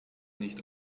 nicht